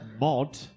mod